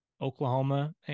Oklahoma